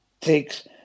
takes